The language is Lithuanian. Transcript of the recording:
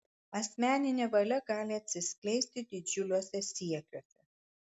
asmeninė valia gali atsiskleisti didžiuliuose siekiuose